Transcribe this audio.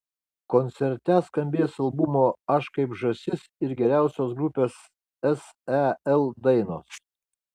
koncerte skambės albumo aš kaip žąsis ir geriausios grupės sel dainos